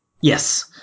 Yes